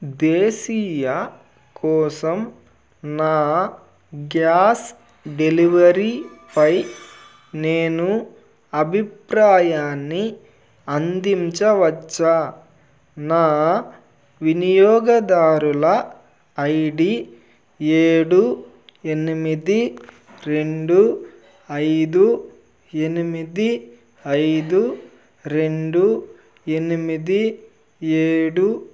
దేశీయ కోసం నా గ్యాస్ డెలివరీపై నేను అభిప్రాయాన్ని అందించవచ్చా నా వినియోగదారుల ఐ డి ఏడు ఎనిమిది రెండు ఐదు ఎనిమిది ఐదు రెండు ఎనిమిది ఏడు